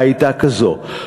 שהייתה כזאת גדולה.